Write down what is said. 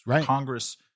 Congress